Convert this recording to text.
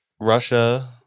Russia